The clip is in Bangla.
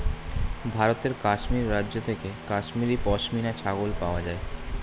ভারতের কাশ্মীর রাজ্য থেকে কাশ্মীরি পশমিনা ছাগল পাওয়া যায়